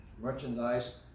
merchandise